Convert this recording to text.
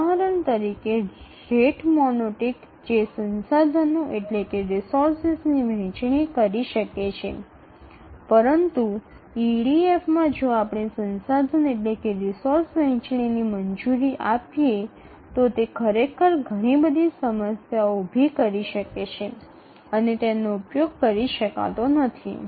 ઉદાહરણ તરીકે rate monotonic જે સંસાધનો ની વહેચણી કરી શકે છે પરંતુ ઇડીએફમાં જો આપણે સંસાધન વહેંચણીની મંજૂરી આપીએ તો તે ખરેખર ઘણી બધી સમસ્યાઓ ઊભી કરે છે અને તેનો ઉપયોગ કરી શકાતો નથી